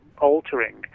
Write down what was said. altering